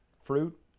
fruit